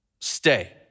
Stay